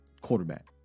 quarterback